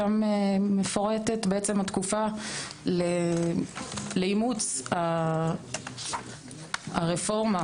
שם מפורטת התקופה לאימוץ הרפורמה.